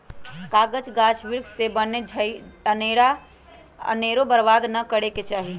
कागज गाछ वृक्ष से बनै छइ एकरा अनेरो बर्बाद नऽ करे के चाहि